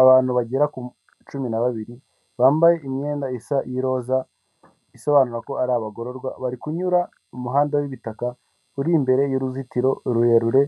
Abantu bagera kuri cumi na babiri bambaye imyenda isa y'iroza isobanura ko ari abagororwa, bari kunyura mu muhanda w'ibitaka uri imbere y'uruzitiro rurerure